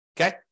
Okay